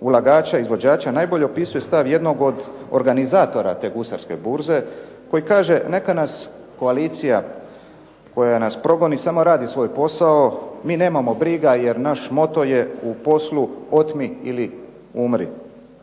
ulagača i izvođača najbolje opisuje stav jednog od organizatora te gusarske burze koji kaže neka nas koalicija koja nas progoni samo radi svoj posao, mi nemamo briga jer naš moto je u poslu otmi ili umri.